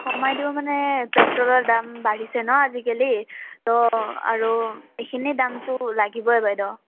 কমাই দিব মানে পেট্ৰলৰ দাম বাঢ়িছে ন আজিকালি ত আৰু এইখিনি দামটো লাগিবই বাইদ'